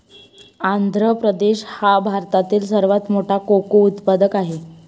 आंध्र प्रदेश हा भारतातील सर्वात मोठा कोको उत्पादक आहे